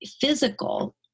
physical